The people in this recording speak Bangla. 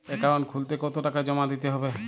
অ্যাকাউন্ট খুলতে কতো টাকা জমা দিতে হবে?